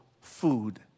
food